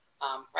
right